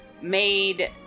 made